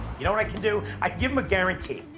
you know what i can do? i give him a guarantee.